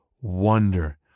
wonder